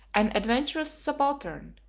an adventurous subaltern,